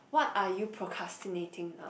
what are you procrastinating now